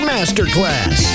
Masterclass